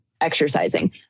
exercising